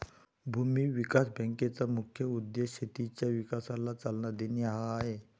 भूमी विकास बँकेचा मुख्य उद्देश शेतीच्या विकासाला चालना देणे हा आहे